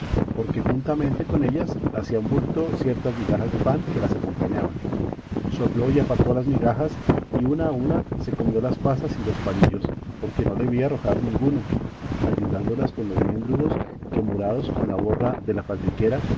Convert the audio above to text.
porque juntamente con ellas hacían bulto ciertas migajas de pan que las acompañaban sopló y apartó las migajas y una a una se comió las pasas y los palillos porque no le vi arrojar ninguno ayudándolas con los mendrugos que morados con la borra de la